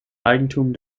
eigentum